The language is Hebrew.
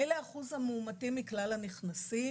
אלה אחוז המאומתים מכלל הנכנסים.